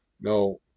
no